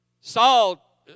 Saul